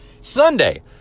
Sunday